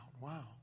wow